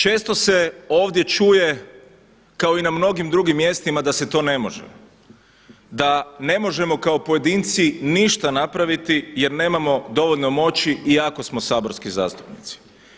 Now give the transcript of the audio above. Često se ovdje čuje kao i na mnogim drugim mjestima da se to ne može, da ne možemo kao pojedinci ništa napraviti jer nemamo dovoljno moći iako smo saborski zastupnici.